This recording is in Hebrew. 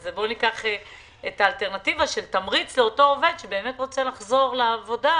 אז בוא ניקח את האלטרנטיבה של תמריץ לאותו עובד שרוצה לחזור לעבודה,